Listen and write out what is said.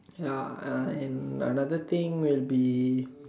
ya uh and another thing will be